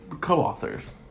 Co-authors